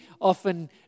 often